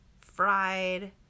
fried